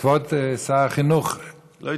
כבוד שר החינוך, הוא לא איתנו.